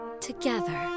together